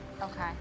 Okay